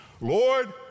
Lord